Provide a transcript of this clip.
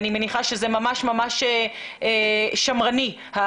אני מניחה שזאת הערכה שמרנית.